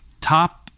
top